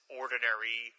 ordinary